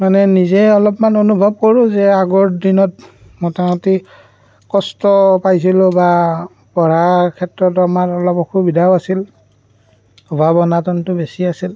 মানে নিজে অলপমান অনুভৱ কৰোঁ যে আগৰ দিনত মোটামুটি কষ্ট পাইছিলোঁ বা পঢ়াৰ ক্ষেত্ৰত আমাৰ অলপ অসুবিধাও আছিল অভাৱ অনাটনটো বেছি আছিল